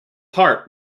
heart